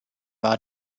war